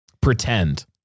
pretend